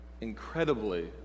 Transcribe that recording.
incredibly